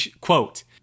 quote